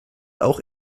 auch